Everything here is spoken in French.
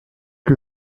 que